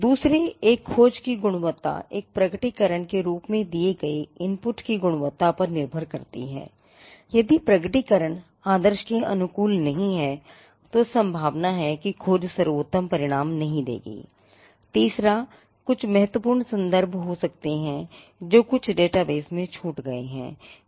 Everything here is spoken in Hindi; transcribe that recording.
दूसरे एक खोज की गुणवत्ता एक प्रकटीकरण के रूप में दिए गए इनपुट को कवर नहीं कर सकते हों